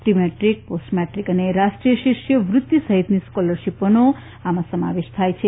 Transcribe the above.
pre-matric post matric અને રાષ્ટીય શિષ્યવૃતિ સહિતની સ્કોલરશીપોનો સમાવેશ થાય છે